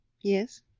Yes